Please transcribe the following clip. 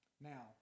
Now